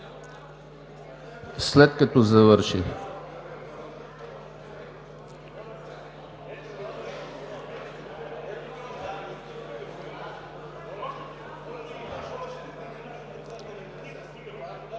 след като завършим